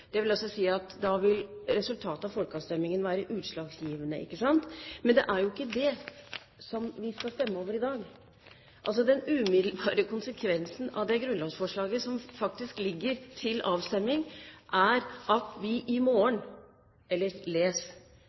Det vil altså si at da vil resultatet av folkeavstemningen være utslagsgivende – ikke sant? Men det er jo ikke det vi skal stemme over i dag? Den umiddelbare konsekvensen av det grunnlovsforslaget som ligger til avstemning, er at vi i morgen eller